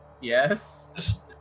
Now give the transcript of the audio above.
Yes